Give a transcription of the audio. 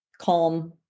calm